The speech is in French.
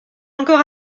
encore